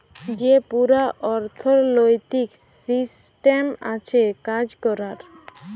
যে পুরা অথ্থলৈতিক সিসট্যাম আছে কাজ ক্যরার